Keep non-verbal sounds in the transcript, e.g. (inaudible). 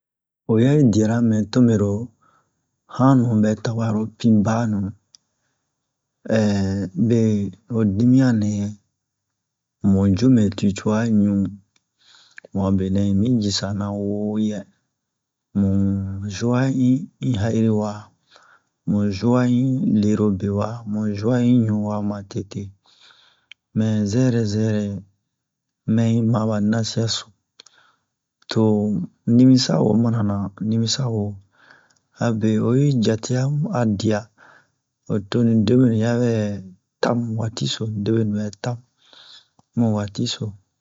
Oya i diara me to mero hanu bɛ tawɛ aro pin banu na (hesitation) be ho dimiyan nɛ mu jume tu'i cuwaɲu mu'a benɛ un mi jisana wo yɛ mu juwa un ha'iri wa mu juwa un lerobe wa mu juwa un ɲu wa ma tete mɛ zɛrɛ zɛrɛ mɛyi ma ba nasiya so to nimisa wo mana na nimisa wo abe oyi jate'a mu a diya ho to ni debenu yabɛ ta mu waati so debenu bɛ tamu mu waati so